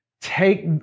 take